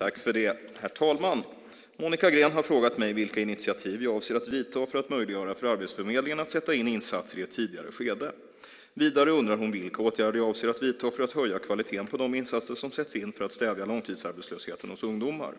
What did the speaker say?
Herr talman! Monica Green har frågat mig vilka initiativ jag avser att ta för att möjliggöra för Arbetsförmedlingen att sätta in insatser i ett tidigare skede. Vidare undrar hon vilka åtgärder jag avser att vidta för att höja kvaliteten på de insatser som sätts in för att stävja långtidsarbetslösheten hos ungdomar.